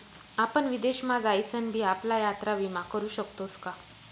आपण विदेश मा जाईसन भी आपला यात्रा विमा करू शकतोस का?